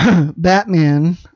Batman